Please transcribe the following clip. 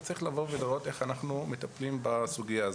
צריך לבוא ולראות איך אנחנו מטפלים בסוגייה הזאת.